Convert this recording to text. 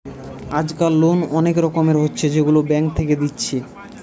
আজকাল লোন অনেক রকমের হচ্ছে যেগুলা ব্যাঙ্ক থেকে দিচ্ছে